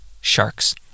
sharks